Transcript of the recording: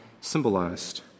symbolized